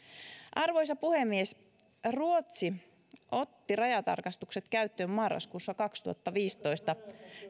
arvoisa puhemies ruotsi otti rajatarkastukset käyttöön marraskuussa kaksituhattaviisitoista